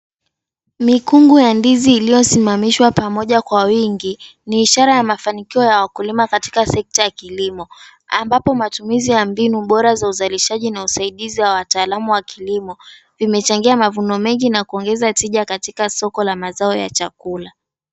Mikungu ya ndizi iliyosimamishwa pamoja kwa wingi ni ishara ya mafanikio ya wakulima katika sekta ya kilimo, ambapo matumizi ya mbinu bora za uzalishaji na usaidizi wa wataalamu wa kilimo vimechangia mavuno mengi na kuongeza tija katika soko la mazao ya chakula.